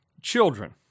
children